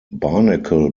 barnacle